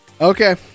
Okay